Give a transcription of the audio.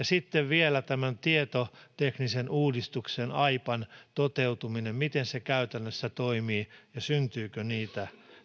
sitten vielä tämän tietoteknisen uudistuksen aipan toteutuminen se miten se käytännössä toimii ja syntyykö niitä